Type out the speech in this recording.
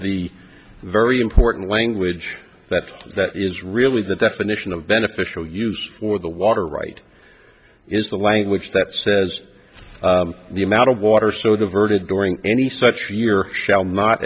the very important language that that is really the definition of beneficial use for the water right is the language that says the amount of water so diverted during any such year shall not